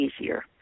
easier